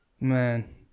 Man